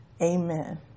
Amen